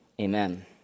amen